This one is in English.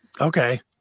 okay